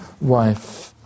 wife